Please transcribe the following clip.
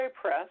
Press